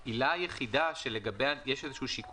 האלה בחריג הדחיפות,